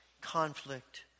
conflict